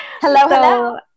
hello